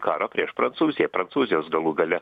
karo prieš prancūziją prancūzijos galų gale